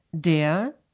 der